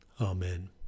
amen